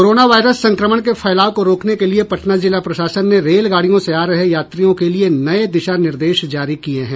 corona virus संक्रमण के फैलाव को रोकने के लिए पटना जिला प्रशासन ने रेलगाड़ियों से आ रहे यात्रियों के लिए नये दिशा निर्देश जारी किये हैं